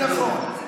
מותר.